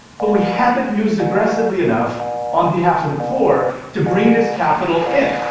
but we haven't used aggressively enough on behalf of the poor to bring this capital in.